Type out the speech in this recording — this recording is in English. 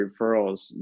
referrals